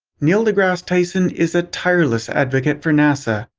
neil degrasse tyson is a tireless advocate for nasa,